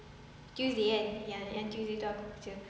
tuesday kan yang yang tuesday tu aku kerja